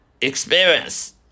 experience